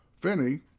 Finney